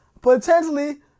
potentially